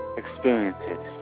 experiences